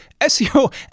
SEO